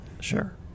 sure